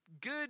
good